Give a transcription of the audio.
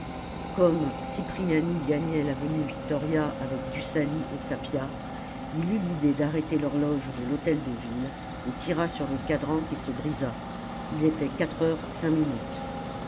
comme cipriani gagnait l'avenue victoria avec dussali et sapia il eut l'idée d'arrêter l'horloge de l'hôtel-de-ville et tira sur le cadran qui se brisa il était quatre heures cinq minutes